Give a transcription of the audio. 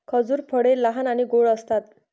खजूर फळे लहान आणि गोड असतात